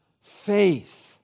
faith